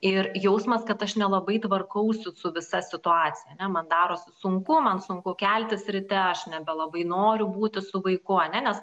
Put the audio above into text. ir jausmas kad aš nelabai tvarkausi su visa situacija ane man darosi sunku man sunku keltis ryte aš nebelabai noriu būti su vaiku ane nes